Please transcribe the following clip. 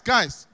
Guys